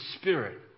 spirit